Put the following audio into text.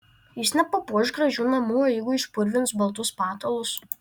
jis nepapuoš gražių namų o jeigu išpurvins baltus patalus